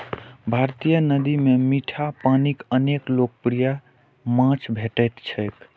भारतीय नदी मे मीठा पानिक अनेक लोकप्रिय माछ भेटैत छैक